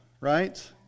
right